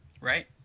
right